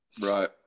Right